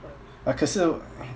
uh 可是